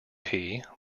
pea